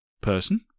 person